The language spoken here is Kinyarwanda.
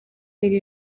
iri